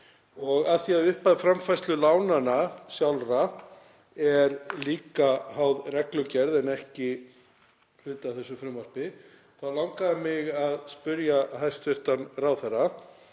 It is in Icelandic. Af því að upphæð framfærslulánanna sjálfra er líka háð reglugerð en ekki hluti af þessu frumvarpi þá langaði mig að spyrja hæstv. ráðherra